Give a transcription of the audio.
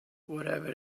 whatever